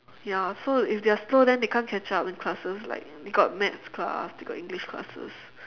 ya so if they are slow then they can't catch up in classes like they got maths class they got english classes